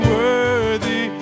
worthy